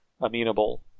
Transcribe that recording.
amenable